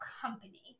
company